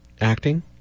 acting